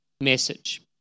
message